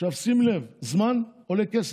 שים לב: זמן עולה כסף.